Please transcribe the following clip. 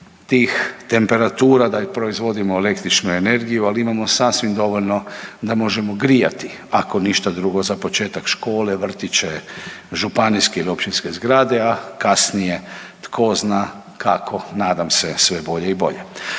tih temperatura da proizvodimo električnu ali imamo sasvim dovoljno da možemo grijati, ako ništa drugo za početak škole, vrtiće, županijske ili općinske zgrade, a kasnije tko zna kako, nadam se sve bolje i bolje.